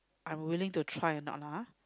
I'm willing to try or not lah ah